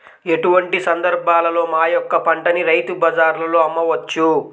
ఎటువంటి సందర్బాలలో మా యొక్క పంటని రైతు బజార్లలో అమ్మవచ్చు?